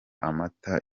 amata